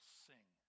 sing